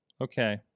Okay